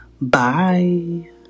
Bye